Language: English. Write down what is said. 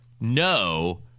no